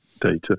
data